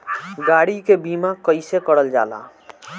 गाड़ी के बीमा कईसे करल जाला?